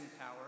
power